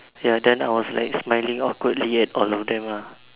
ya then I was like smiling awkwardly at all of them lah